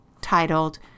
titled